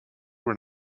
were